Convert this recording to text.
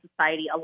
Society